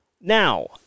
Now